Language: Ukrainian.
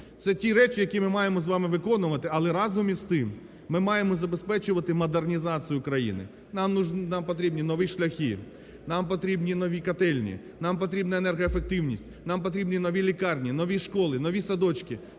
Це ті речі, які ми маємо з вами виконувати. Але разом із тим ми маємо забезпечувати модернізацію країни. Нам потрібні нові шляхи, нам потрібні нові котельні, нам потрібна енергоефективність, нам потрібні нові лікарні, нові школи, нові садочки